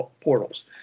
portals